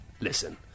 listen